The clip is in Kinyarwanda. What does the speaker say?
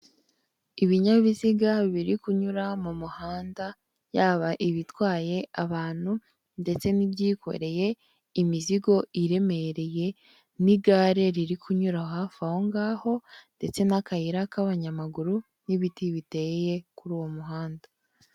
Ibinyabiziga biri kunyura mu muhanda yaba ibitwaye abantu ndetse n'ibyikoreye imizigo iremereye n'igare riri kunyura hafi aho ngaho ndetse n'akayira k'abanyamaguru n'ibiti biteye kuri uwo muhanda.